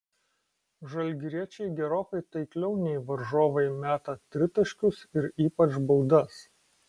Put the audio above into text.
žalgiriečiai gerokai taikliau nei varžovai meta tritaškius ir ypač baudas